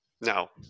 Now